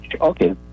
okay